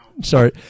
Sorry